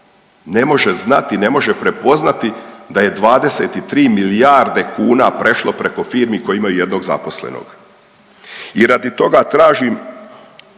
ne može znati, ne može prepoznati da je 23 milijarde kuna prešlo preko firmi koje imaju jednog zaposlenog. I radi toga tražim